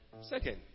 Second